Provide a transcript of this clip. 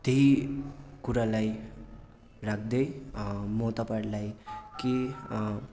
त्यही कुरालाई राख्दै म तपाईँहरूलाई के